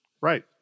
Right